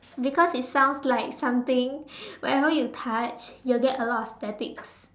because it sounds like something whenever you touch you'll get a lot of static